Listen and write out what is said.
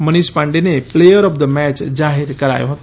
મનીષ પાંડેને player of the match જાહેર કરાયો હતો